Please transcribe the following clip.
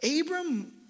Abram